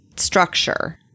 structure